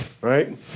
right